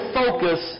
focus